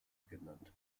genannt